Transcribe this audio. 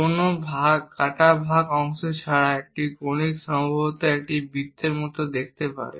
কোন কাটা বিভাগ ছাড়াই একটি কনিক সম্ভবত এটি একটি বৃত্তের মত দেখতে পারে